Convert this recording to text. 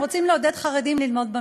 הם רוצים לעודד חרדים ללמוד במכינה.